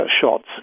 shots